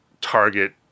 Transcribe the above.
target